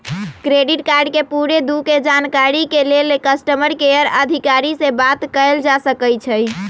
credit card के पूरे दू के जानकारी के लेल कस्टमर केयर अधिकारी से बात कयल जा सकइ छइ